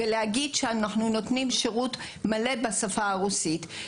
ולהגיד שאנחנו נותנים שירות מלא בשפה הרוסית.